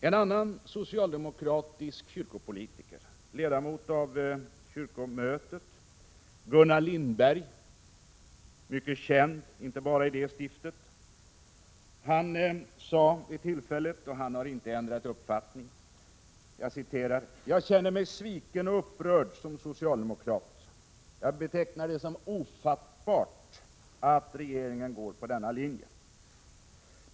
En annan socialdemokratisk kyrkopolitiker, ledamot av kyrkomötet, kyrkoherde Gunnar Lindberg, som är mycket känd inte bara i Karlstads stift, sade vid mötet: ”Jag känner mig sviken och upprörd som socialdemokrat.” Han betecknade det som ofattbart att regeringen går på denna linje.